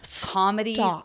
comedy